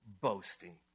boasting